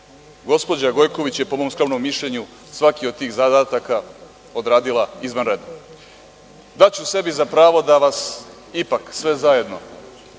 Gospođa Gojković je, po mom skromnom mišljenju, svaki od tih zadataka odradila izvanredno. Daću sebi za pravo da vas ipak sve zajedno